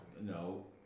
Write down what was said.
No